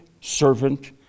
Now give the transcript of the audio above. servant